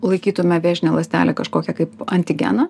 laikytume vėžinę ląstelę kažkokią kaip antigeną